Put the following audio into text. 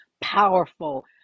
powerful